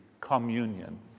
communion